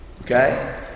Okay